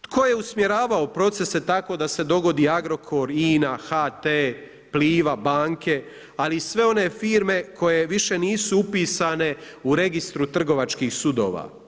Tko je usmjeravao procese tako da se dogodi Agrokor, INA, HT, Pliva, banke, ali i sve one firme koje više nisu upisane u Registru trgovačkih sudova?